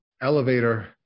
elevator